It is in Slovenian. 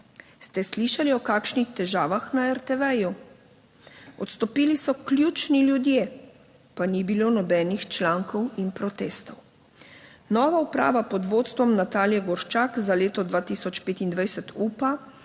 Ste slišali o kakšnih težavah na RTV? Odstopili so ključni ljudje, pa ni bilo nobenih člankov in protestov. Nova uprava pod vodstvom Natalije Gorščak za leto 2025 upa,